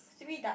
three ducks